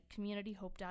communityhope.org